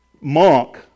monk